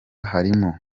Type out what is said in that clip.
harimo